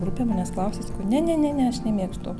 grupę manęs klausė sakau ne ne ne ne aš nemėgstu